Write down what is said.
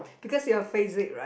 because you afraid it right